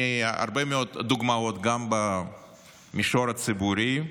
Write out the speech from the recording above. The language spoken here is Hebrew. מהרבה מאוד דוגמאות, גם במישור הציבורי,